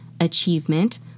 achievement